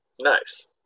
Nice